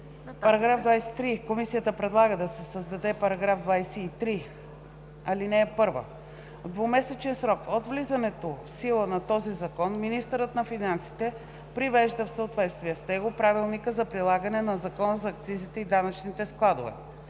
11а, ал. 4.“ Комисията предлага да се създаде § 23: „§ 23. (1) В двумесечен срок от влизането в сила на този закон министърът на финансите привежда в съответствие с него правилника за прилагане на Закона за акцизите и данъчните складове.